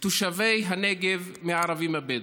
תושבי הנגב הערבים הבדואים.